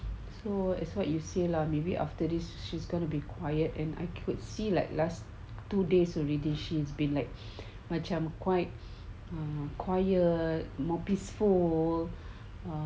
so as what you say lah maybe after this she's gonna be quiet and I could see like last two days already she's been like macam quite ah quite more peaceful um